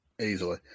Easily